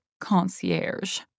concierge